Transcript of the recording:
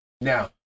Now